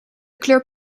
kleur